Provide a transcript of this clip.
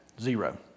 Zero